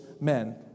men